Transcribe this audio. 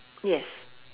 yes